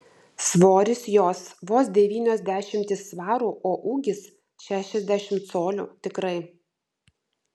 svoris jos vos devynios dešimtys svarų o ūgis šešiasdešimt colių tikrai